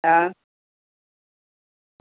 હા